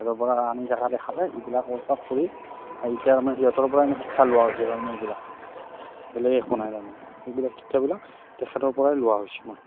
সিহঁতৰপৰা আনি থকা দেখা পায় এইবিলাক কৰি আৰু এতিয়া তাৰমানে সিহঁতৰপৰাই আমি শিক্ষা লোৱা হৈছে তাৰমানে এইবিলাক বেলেগ একো নাই তাৰমানে এইবিলাক শিক্ষাবিলাক তেখেতৰপৰাই লোৱা হৈছোঁ মই